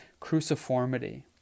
cruciformity